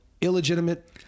illegitimate